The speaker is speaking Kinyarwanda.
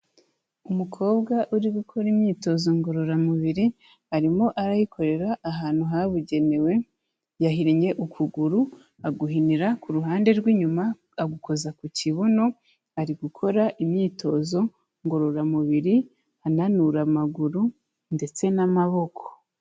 Umukobwa uri gukora imyitozo ngororamubiri arimo arayikorera ahantu habugenewe, yahinnye ukuguru aguhinira ku ruhande rw'inyuma agukoza ku kibuno, ari gukora imyitozo ngororamubiri ananura amaguru ndetse n'amaboko.